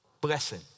blessing